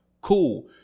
Cool